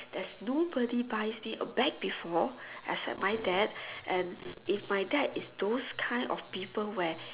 there's nobody buys me a bag before except my dad and if my dad is those kind of people where